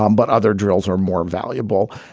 um but other drills are more valuable.